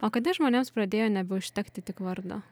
o kada žmonėms pradėjo nebeužtekti tik vardo